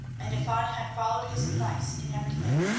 and if i had followed his advice in everything,